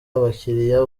abakiliya